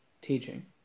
teaching